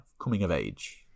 coming-of-age